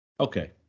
Okay